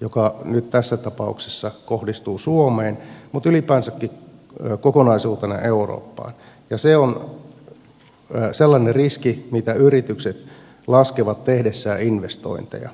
joka nyt tässä tapauksessa kohdistuu suomeen mutta ylipäänsäkin kokonaisuutena eurooppaan ja se on sellainen riski mitä yritykset laskevat tehdessään investointeja